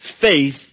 faith